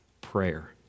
prayer